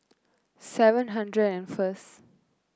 seven hundred and first